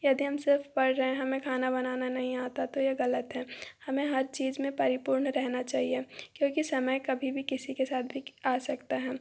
यदि हम सिर्फ़ पढ़ रहे हैं हमें खाना बनाना नहीं आता तो ये गलत है हमें हर चीज़ में परिपूर्ण रहना चाहिए क्योंकि समय कभी भी किसी के साथ भी आ सकता है